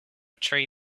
tree